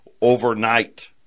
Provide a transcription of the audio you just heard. overnight